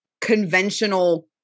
conventional